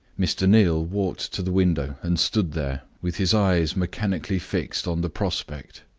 mr. neal walked to the window, and stood there, with his eyes mechanically fixed on the prospect,